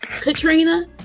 Katrina